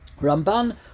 Ramban